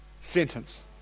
sentence